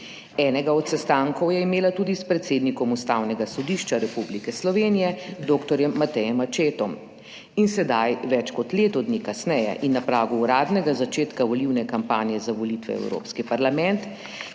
Enega od sestankov je imela tudi s predsednikom Ustavnega sodišča Republike Slovenije doktorjem Matejem Mačetom. In sedaj, več kot leto dni kasneje in na pragu uradnega začetka volilne kampanje za volitve v Evropski parlament